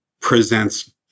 presents